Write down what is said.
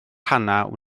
hannah